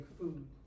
food